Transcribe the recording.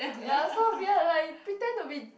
ya so weird like you pretend to be